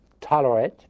tolerate